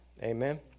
Amen